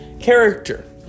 character